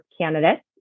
candidates